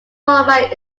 format